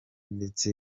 ndetse